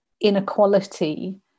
inequality